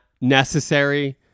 necessary